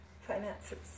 Finances